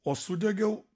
o sudegiau